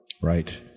Right